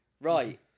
Right